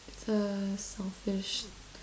so selfish